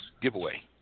giveaway